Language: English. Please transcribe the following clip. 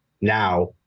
now